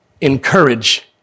encourage